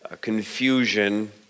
confusion